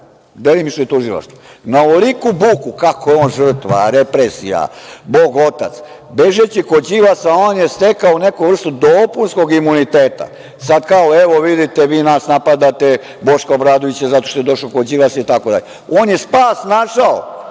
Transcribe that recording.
delimično i tužilaštvo, na ovoliku buku kako je on žrtva, represija, Bog otac, bežeći kod Đilasa on je stekao neku vrstu dopunskog imuniteta. Kao – vidite, vi napadate Boška Obradovića zato što je došao kod Đilasa itd. On je spas našao